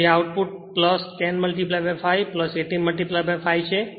જે આઉટપુટ 10 5 18 5 છે